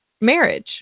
marriage